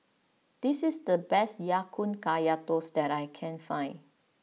this is the best Ya Kun Kaya Toast that I can find